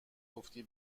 گفتی